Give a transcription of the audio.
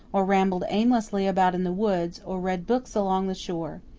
or rambled aimlessly about in the woods, or read books along the shore.